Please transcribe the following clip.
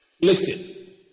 Listen